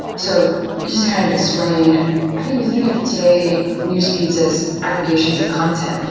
so just kind of explained, i think we think of today newsfeeds as aggregations of content.